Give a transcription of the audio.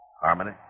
Harmony